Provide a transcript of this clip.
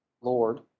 Lord